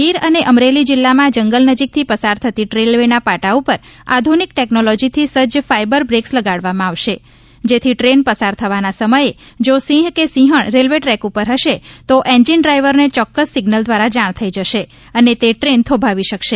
ગીર અને અમરેલી જિલ્લામાં જંગલ નજીકથી પસાર થતી રેલવેના પાટા ઉપર આધુનિક ટેકનોલોજીથી સજ્જ ફાઇબર બ્રેકસ લગાડવામાં આવશે જેથી ટ્રેન પસાર થવાના સમયે જો સિંહ કે સિંહજ્ઞ રેલવે ટ્રેક ઉપર હશે તો એન્જીન ડ્રાયવરને ચોક્કસ સિગ્નલ દ્વારા જાણ થઈ જશે અને તે ટ્રેન થોભાવી શકશે